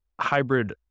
hybrid